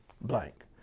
blank